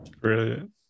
Brilliant